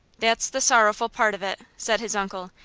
that's the sorrowful part of it, said his uncle,